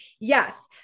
Yes